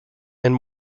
and